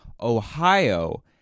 Ohio